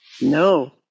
No